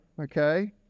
okay